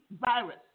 virus